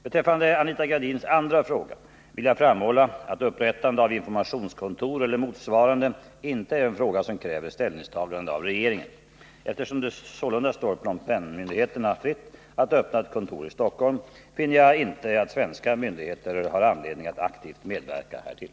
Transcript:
Beträffande Anita Gradins andra fråga vill jag framhålla att upprättande av informationskontor eller motsvarande inte är en fråga som kräver ställningstagande av regeringen. Eftersom det sålunda står Phnom Penh-myndigheterna fritt att öppna ett kontor i Stockholm, finner jag inte att svenska myndigheter har anledning att aktivt medverka härtill.